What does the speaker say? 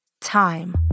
Time